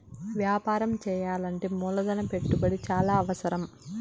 వ్యాపారం చేయాలంటే మూలధన పెట్టుబడి చాలా అవసరం